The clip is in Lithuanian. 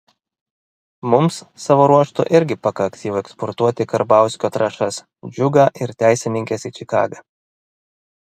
mums savo ruožtu irgi pakaks jau eksportuoti karbauskio trąšas džiugą ir teisininkes į čikagą